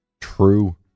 True